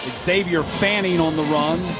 xavier fanning on the run.